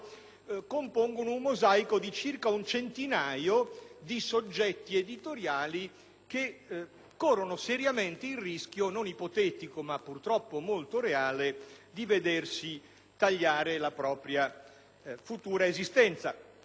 compongono un mosaico di circa un centinaio di soggetti editoriali che corrono seriamente il rischio, non ipotetico ma purtroppo molto reale, di vedersi tagliare la propria futura esistenza.